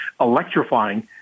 electrifying